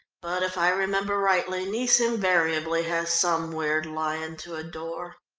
but if i remember rightly, nice invariably has some weird lion to adore.